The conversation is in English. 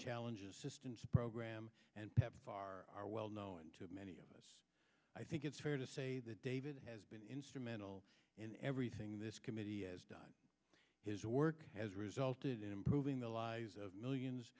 challenge assistance program and pepfar are well known to many of us i think it's fair to say that david has been instrumental in everything this committee has done his work has resulted in improving the lives of millions